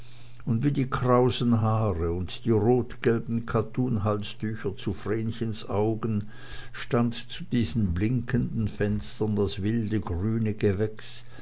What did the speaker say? und wie die krausen haare und die rotgelben kattunhalstücher zu vrenchens augen stand zu diesen blinkenden fenstern das wilde grüne gewächs